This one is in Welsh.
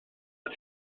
wyt